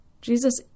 Jesus